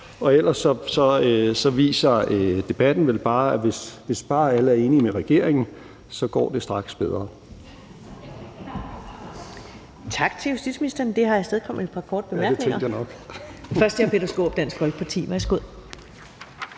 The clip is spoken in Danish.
Ellers viser debatten vel, at hvis bare alle er enige med regeringen, så går det straks bedre.